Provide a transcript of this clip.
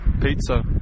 Pizza